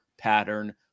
pattern